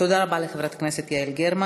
תודה רבה לחברת הכנסת יעל גרמן.